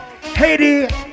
Haiti